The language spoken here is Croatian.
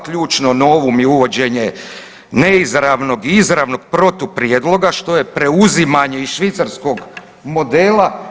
Ključno ... i uvođenje neizravnog i izravnog protuprijedloga što je preuzimanje iz švicarskog modela.